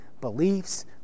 beliefs